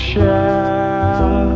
Share